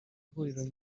huriro